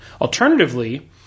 Alternatively